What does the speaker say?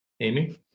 Amy